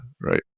right